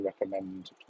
recommend